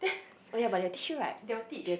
then they will teach